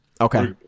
Okay